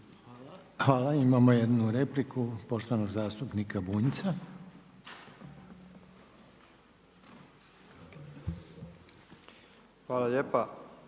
Hvala, imamo jednu repliku poštovanog zastupnika Bunjca. **Bunjac,